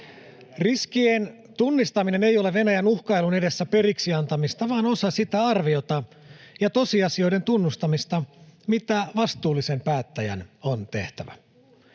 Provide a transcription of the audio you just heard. Riskien tunnistaminen ei ole Venäjän uhkailun edessä periksi antamista vaan osa sitä arviota ja tosiasioiden tunnustamista, mitä vastuullisen päättäjän on tehtävä.